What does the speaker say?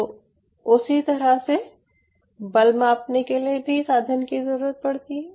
तो उसी तरह से बल मापने के लिए साधन की ज़रूरत पड़ती है